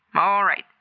all right.